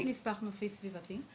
יש נספח נופי סביבתי?